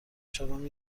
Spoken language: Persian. شبم